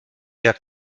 eher